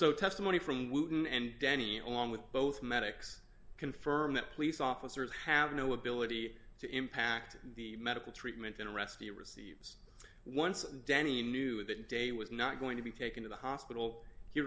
so testimony from wooten and danny along with both medics confirm that police officers have no ability to impact the medical treatment and rescue received once danny knew that day was not going to be taken to the hospital he